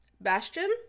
bastion